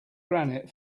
granite